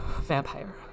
Vampire